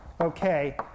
okay